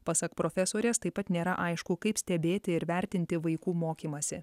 pasak profesorės taip pat nėra aišku kaip stebėti ir vertinti vaikų mokymąsi